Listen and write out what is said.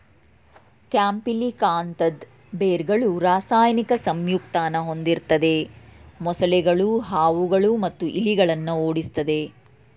ಕ್ಯಾಂಪಿಲಿಕಾಂತದ್ ಬೇರ್ಗಳು ರಾಸಾಯನಿಕ ಸಂಯುಕ್ತನ ಹೊಂದಿರ್ತದೆ ಮೊಸಳೆಗಳು ಹಾವುಗಳು ಮತ್ತು ಇಲಿಗಳನ್ನ ಓಡಿಸ್ತದೆ